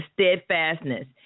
steadfastness